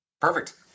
Perfect